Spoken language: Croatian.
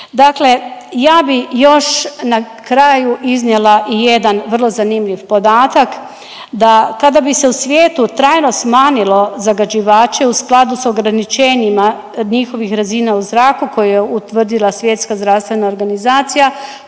Dakle, ja bi još na kraju iznijela i jedan vrlo zanimljiv podatak da kada bi se u svijetu trajno smanjilo zagađivače u skladu s ograničenjima njihovih razina u zraku koje je utvrdila Svjetska zdravstvena organizacija,